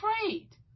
afraid